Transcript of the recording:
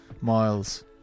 Miles